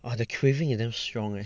!wah! the craving is damn strong leh